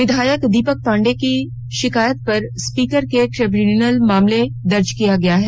विधायक दीपिका पांडे की शिकायत पर स्पीकर के ट्रिब्यूनल में मामला दर्ज किया गया है